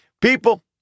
people